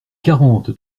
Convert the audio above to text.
quarante